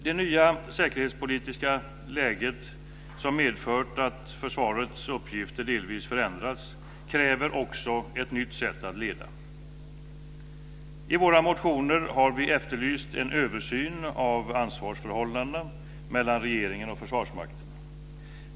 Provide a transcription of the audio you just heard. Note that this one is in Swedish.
Det nya säkerhetspolitiska läget som medfört att försvarets uppgifter delvis förändrats kräver också ett nytt sätt att leda. I våra motioner har vi efterlyst en översyn av ansvarsförhållandena mellan regeringen och Försvarsmakten.